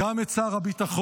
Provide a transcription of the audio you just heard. גם את שר הביטחון,